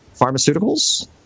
pharmaceuticals